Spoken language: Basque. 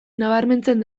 nabarmentzen